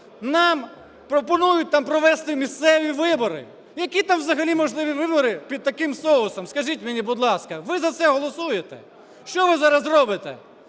нам пропонують Нам провести місцеві вибори. Які там взагалі можливі вибори під таким соусом, скажіть мені, будь ласка, ви за це голосуєте? Що ви зараз робите?